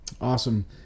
Awesome